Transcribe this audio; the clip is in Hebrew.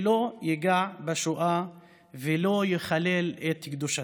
שלא ייגע בשואה ולא יחלל את קדושתה.